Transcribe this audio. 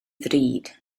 ddrud